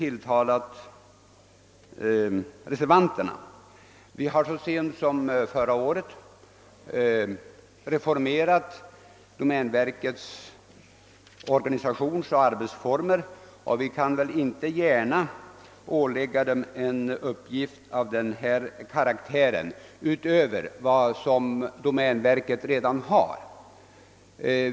Vi har så sent som förra året reformerat domänverkets organisation och arbetsformer, och vi kan väl inte gärna ålägga verket en uppgift av denna karaktär genom att redan nu göra om densamma.